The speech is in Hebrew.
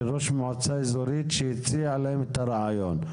ראש מועצה אזורית שהציע להם את הרעיון.